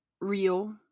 real